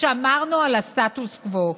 "שמרנו על הסטטוס קוו.